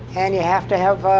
and you have to have